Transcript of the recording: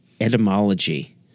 etymology